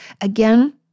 Again